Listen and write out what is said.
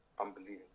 unbelievable